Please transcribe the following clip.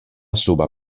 suba